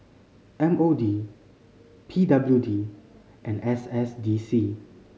M O D P W D and S S D C